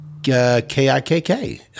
KIKK